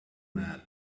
man